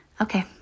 Okay